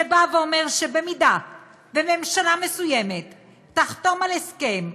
שאומר שבמקרה שממשלה מסוימת תחתום על הסכם,